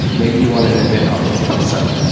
maybe you want an event off of pubsub.